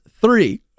three